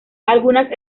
algunas